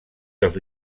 dels